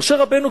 משה רבנו,